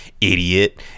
idiot